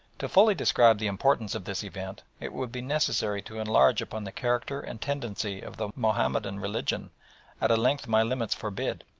to fully describe the importance of this event it would be necessary to enlarge upon the character and tendency of the mahomedan religion at a length my limits forbid,